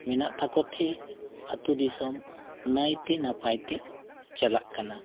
ᱢᱮᱱᱟᱜ ᱛᱟᱠᱚ ᱛᱮ ᱟᱛᱳ ᱫᱤᱥᱚᱢ ᱱᱟᱭᱛᱮ ᱱᱟᱯᱟᱭᱛᱮ ᱪᱟᱞᱟᱜ ᱠᱟᱱᱟ